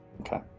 Okay